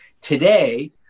Today